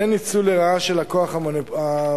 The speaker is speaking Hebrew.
אין ניצול לרעה של הכוח המונופוליסטי.